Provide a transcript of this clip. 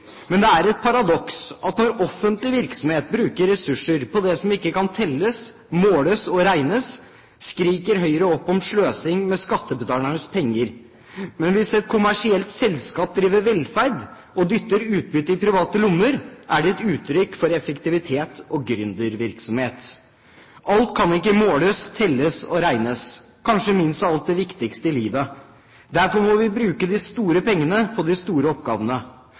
Men det er et paradoks at når offentlig virksomhet bruker ressurser på det som ikke kan telles, måles og regnes, skriker Høyre opp om sløsing med skattebetalernes penger, mens hvis et kommersielt selskap driver velferd og dytter utbyttet i private lommer, er det uttrykk for effektivitet og gründervirksomhet. Alt kan ikke måles, telles og regnes – kanskje minst av alt det viktigste i livet. Derfor må vi bruke de store pengene på de store oppgavene.